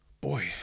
boy